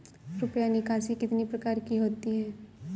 रुपया निकासी कितनी प्रकार की होती है?